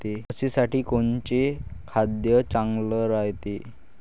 म्हशीसाठी कोनचे खाद्य चांगलं रायते?